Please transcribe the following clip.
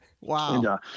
Wow